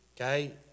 okay